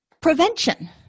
Prevention